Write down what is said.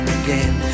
again